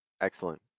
Excellent